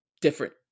different